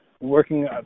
working